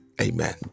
Amen